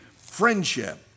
friendship